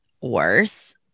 worse